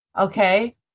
Okay